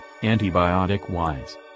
antibiotic-wise